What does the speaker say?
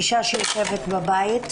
אישה שיושבת בבית,